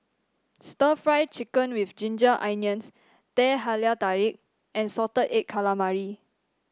stir Fry Chicken with Ginger Onions Teh Halia Tarik and Salted Egg Calamari